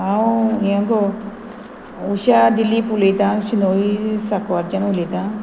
हांव हें गो उशा दिलीप उलयतां शिनोळी साकवारच्यान उलयतां